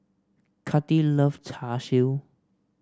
Cathi loves Char Siu